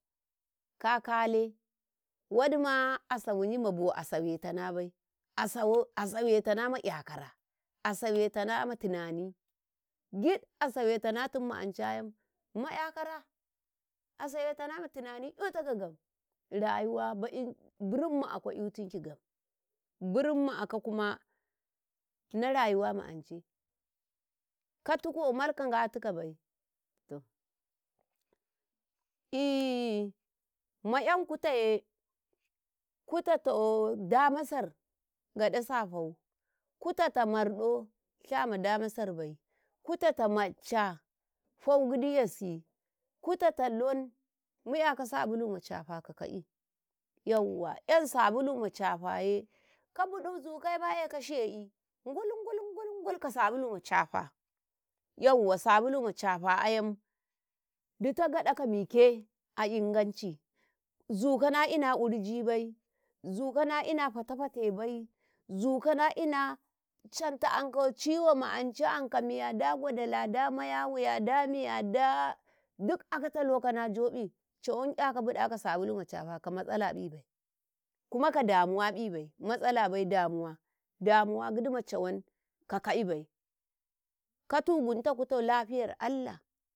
﻿Ka kale, wadima asuwanyi mabo asawe tanabai, Asawo, asawetana ma'yakara, asawetana ma tinani gid asawetanatin ma anca'yan mayakara asawetana ma tinani 'yutakagam rayuwa Bakin birimma akau 'yutinkigam. Barin ma aka kuma nna rayuwam ancai, katuko malka Nga tikabai to eeyi mayan kutoye, kutota damasar gaɗasi afau, kutota, mardo shama damasarbai kutota maccah fau giddi 'yasi. Kutota lon mi yaka sabulu macafa kaika'i, yauwa'yan sabulu macafaye kabuɗu zukaifa eka shiƙigul, gul, gul, gul, gul ka sabulu macafa, yauwa sabulu macafa ayam, dita gaɗaka mike a inganci zukana ina kurjibai zukana ina fatafatebai, zukana ina canta anka ciwo ma anca anka miya Nda gwadala, da mayawurya, da miya dah duk akataloka najobi cawan 'yaka bida ka sabulu macafa ka matssalaƃi baikuma ka domuwaƃi bai, matsolabai damuwa giddi ma cawan ka kaibai, katu gunta kuto lafiyar Allah.